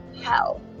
hell